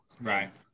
Right